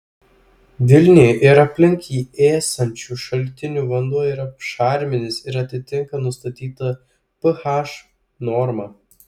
vilniuje ir aplink jį esančių šaltinių vanduo yra šarminis ir atitinka nustatytą ph normą